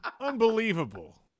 Unbelievable